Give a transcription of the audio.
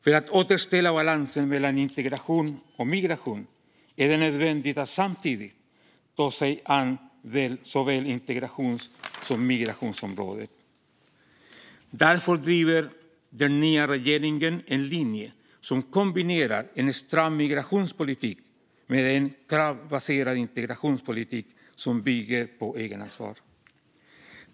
För att återställa balansen mellan integration och migration är det nödvändigt att samtidigt ta sig an såväl integrations som migrationsområdet. Därför driver den nya regeringen en linje som kombinerar en stram migrationspolitik med en kravbaserad integrationspolitik som bygger på egenansvar.